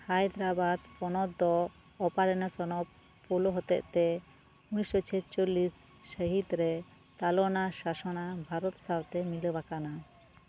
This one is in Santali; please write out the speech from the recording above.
ᱦᱟᱭᱫᱨᱟᱵᱟᱫ ᱯᱚᱱᱚᱛ ᱫᱚ ᱚᱯᱟᱨᱮᱱᱮᱥᱚᱱᱚᱯ ᱯᱳᱞᱳ ᱦᱚᱛᱮᱡ ᱛᱮ ᱩᱱᱤᱥᱚ ᱪᱷᱮᱪᱚᱞᱞᱤᱥ ᱥᱟᱹᱦᱤᱛ ᱨᱮ ᱛᱟᱞᱚᱱᱟ ᱥᱟᱥᱚᱱᱟ ᱵᱷᱟᱨᱚᱛ ᱥᱟᱶᱛᱮ ᱢᱤᱞᱟᱹᱣ ᱟᱠᱟᱱᱟ